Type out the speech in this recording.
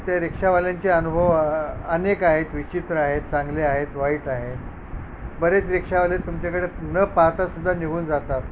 ते रिक्षावाल्यांचे अनुभव अनेक आहेत विचित्र आहेत चांगले आहेत वाईट आहे बरेच रिक्षावाले तुमच्याकडे न पाहतासुद्धा निघून जातात